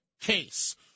case